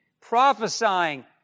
prophesying